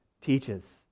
teaches